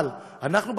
אבל אנחנו,